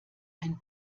ein